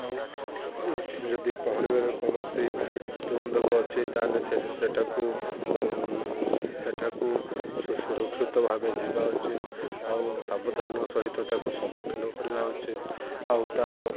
ଆଉ ଯଦି ପହଁରିବାରେ କୌଣସି ପ୍ରତିବନ୍ଧକ ଅଛି ତା'ହେଲେ ସେଠାକୁ ସୁରକ୍ଷିତ ଭାବେ ଯିବା ଉଚିତ ଆଉ ସାବଧାନ ସହିତ ତାକୁ ସମ୍ମୁଖୀନ କରିବା ଉଚିତ ଆଉ ତା'ର